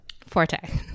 Forte